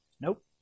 Nope